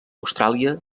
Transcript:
austràlia